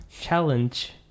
challenge